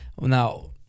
Now